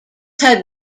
had